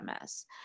MS